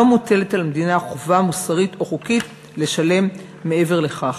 לא מוטלת על המדינה חובה מוסרית או חוקית לשלם מעבר לכך.